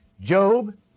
Job